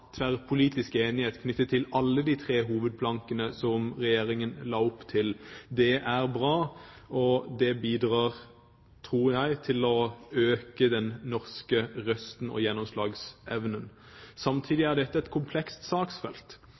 tverrpolitisk enighet knyttet til alle de tre hovedplankene som Regjeringen la opp til. Det er bra, og det bidrar, tror jeg, til å øke den norske røsten og gjennomslagsevnen. Samtidig er dette en komplekst saksfelt,